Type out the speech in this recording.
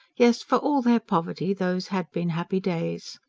yes, for all their poverty, those had been happy days.